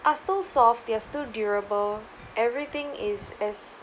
are still soft they are still durable everything is as